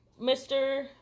mr